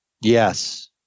Yes